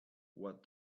what